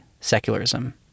secularism